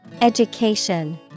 Education